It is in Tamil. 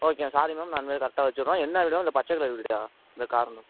ஓகே மேம் சாரி மேம் நான் இனிமேல் கரெக்டாக வெச்சுட்றோம் என்ன வீடு மேம் அந்த பச்சை கலர் வீடா அந்த கார்னர்